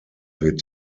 wird